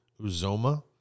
Uzoma